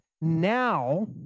now